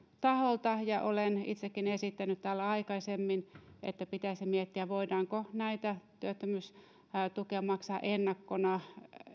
taholta ja olen itsekin esittänyt täällä aikaisemmin että pitäisi miettiä voidaanko työttömyystukea maksaa ennakkona